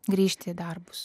grįžti į darbus